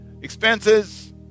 Expenses